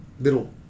little